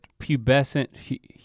Pubescent